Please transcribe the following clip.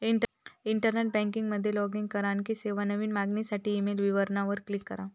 internet banking मध्ये log in करा, आणखी सेवा, नवीन मागणीसाठी ईमेल विवरणा वर क्लिक करा